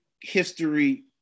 history